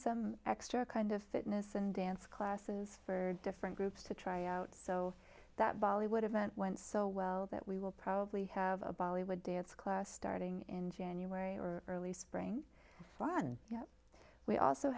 some extra kind of fitness and dance classes for different groups to try out so that bollywood event went so well that we will probably have a bollywood dance class starting in january or early spring run yet we also